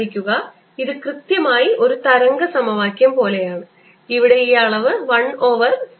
ശ്രദ്ധിക്കുക ഇത് കൃത്യമായി ഒരു തരംഗ സമവാക്യം പോലെയാണ് ഇവിടെ ഈ അളവ് 1 ഓവർ c സ്ക്വയർ ആണ്